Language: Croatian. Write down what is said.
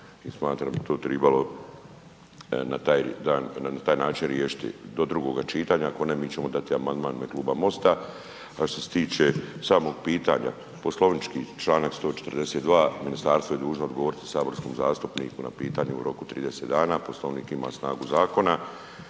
smatram da bi to tribalo na taj način riješiti do drugoga čitanja, ako ne mi ćemo dati amandman u ime Kluba MOST-a, a što se tiče samog pitanja poslovnički čl. 142. ministarstvo je dužno odgovoriti saborskom zastupniku na pitanje u roku 30 dana, Poslovnik ima snagu zakona